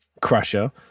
crusher